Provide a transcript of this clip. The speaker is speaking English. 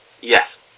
Yes